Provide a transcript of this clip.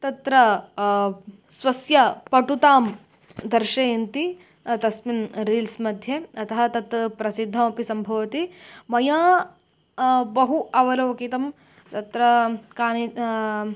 तत्र स्वस्य पटुतां दर्शयन्ति तस्मिन् रील्स् मध्ये अतः तत् प्रसिद्धमपि सम्भवति मया बहु अवलोकितं तत्र कानि